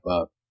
up